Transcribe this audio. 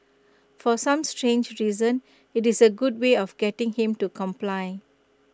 for some strange reason IT is A good way of getting him to comply